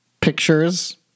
pictures